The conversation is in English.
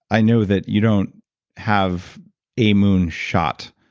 i know that you don't have a moonshot,